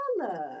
color